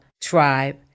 tribe